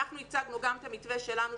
אנחנו הצגנו גם את המתווה שלנו,